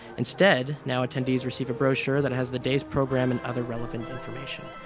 instead, now attendees receive a brochure that has the day's program and other relevant information.